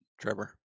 Trevor